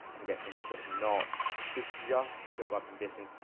i'm getting more sort of knots. so just keep it well-conditioned.